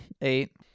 eight